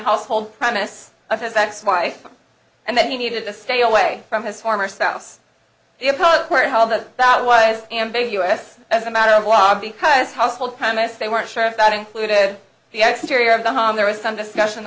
household premise of his ex wife and that he needed to stay away from his former spouse impose where all the that was ambiguous as a matter of law because household premises they weren't sure if that included the exteriors of the home there was some discussion